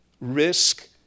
risk